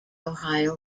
ohio